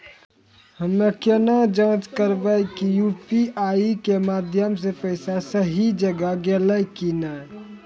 हम्मय केना जाँच करबै की यु.पी.आई के माध्यम से पैसा सही जगह गेलै की नैय?